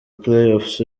playoffs